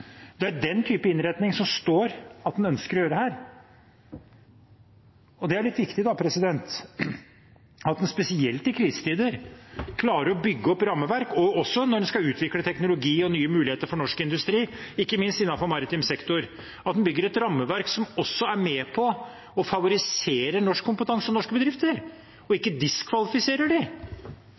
Det er den type innretning det står at en ønsker å gjøre her. Det er litt viktig at en spesielt i krisetider klarer å bygge opp rammeverk, og at en, når en skal utvikle teknologi og nye muligheter for norsk industri – ikke minst innenfor maritim sektor – bygger et rammeverk som også er med på å favorisere norsk kompetanse og norske bedrifter, og ikke diskvalifiserer